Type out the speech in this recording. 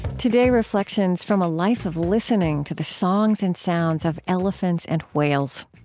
today, reflections from a life of listening to the songs and sounds of elephants and whales.